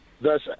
Thus